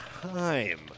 time